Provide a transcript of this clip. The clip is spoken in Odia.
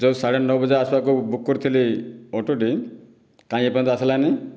ଯେଉଁ ସାଢ଼େ ନଅ ବଜେ ଆସ୍ବାକୁ ବୁକ୍ କରିଥିଲି ଅଟୋଟି କାଇଁ ଏପର୍ଯ୍ୟନ୍ତ ଆସଲାନି